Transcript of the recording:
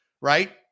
right